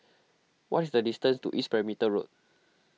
what is the distance to East Perimeter Road